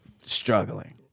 struggling